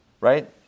right